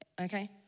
Okay